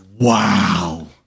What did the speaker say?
Wow